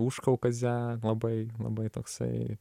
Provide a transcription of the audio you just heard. užkaukazę labai labai toksai